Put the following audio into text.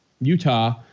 Utah